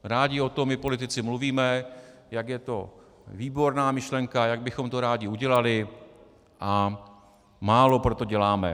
Rádi o tom my politici mluvíme, jak je to výborná myšlenka, jak bychom to rádi udělali, a málo pro to děláme.